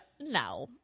No